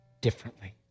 differently